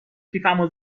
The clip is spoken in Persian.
کیفمو